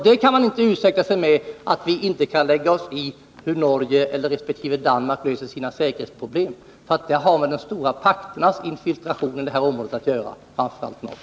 Man kan inte ursäkta sig med att vi inte kan lägga oss i hur Norge eller Danmark löser sina säkerhetsproblem, för det har med de stora pakternas infiltration i området att göra, framför allt NATO:s.